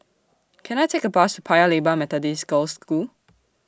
Can I Take A Bus to Paya Lebar Methodist Girls' School